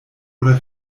oder